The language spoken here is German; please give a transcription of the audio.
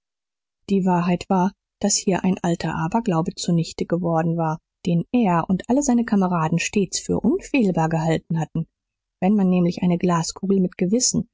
die wahrheit war daß hier ein alter aberglaube zunichte geworden war den er und alle seine kameraden stets für unfehlbar gehalten hatten wenn man nämlich eine glaskugel mit gewissen